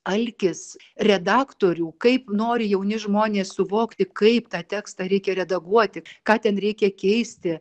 alkis redaktorių kaip nori jauni žmonės suvokti kaip tą tekstą reikia redaguoti ką ten reikia keisti